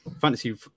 fantasy